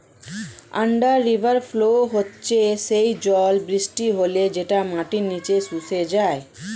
under river flow হচ্ছে সেই জল বৃষ্টি হলে যেটা মাটির নিচে শুষে যায়